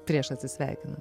prieš atsisveikinant